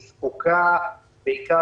היא זקוקה בעיקר,